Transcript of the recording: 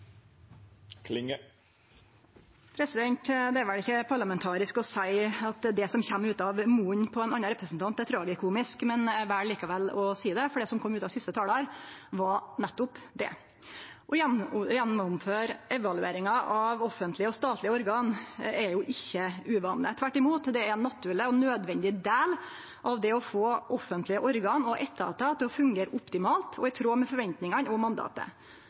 Det er vel ikkje parlamentarisk å seie at det som kjem ut av munnen på ein annan representant, er tragikomisk. Eg vel likevel å seie det, for det som kom ut av munnen til siste talar, var nettopp det. Å gjennomføre evalueringar av offentlege og statlege organ er jo ikkje uvanleg. Tvert imot er det ein naturleg og nødvendig del av det å få offentlege organ og etatar til å fungere optimalt og i tråd med forventningane til mandatet.